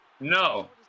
No